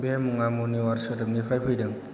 बे मुङा मुनिवार सोदोबनिफ्राय फैदों